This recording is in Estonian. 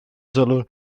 sõnul